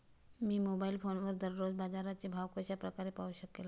मी mobile फोनवर दररोजचे बाजाराचे भाव कशा प्रकारे पाहू शकेल?